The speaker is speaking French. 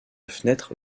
fenêtre